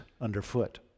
underfoot